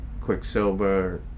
Quicksilver